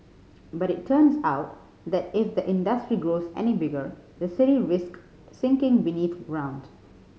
but it turns out that if the industry grows any bigger the city risk sinking beneath ground